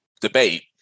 debate